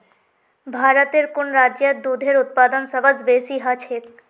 भारतेर कुन राज्यत दूधेर उत्पादन सबस बेसी ह छेक